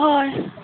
हय